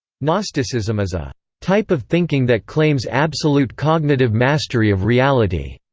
gnosticism is a type of thinking that claims absolute cognitive mastery of reality.